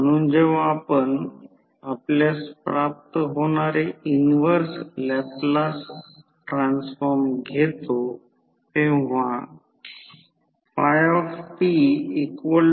आता जर करंट वाहत असेल तर लॉस होईल जेव्हा लॉस मानले जाते तेव्हा I0 चे 2 घटक असतात मी सर्व काही सांगितले